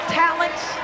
talents